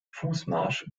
fußmarsch